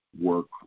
work